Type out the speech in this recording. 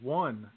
one